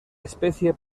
especie